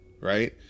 right